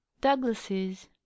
Douglas's